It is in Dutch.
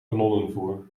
kanonnenvoer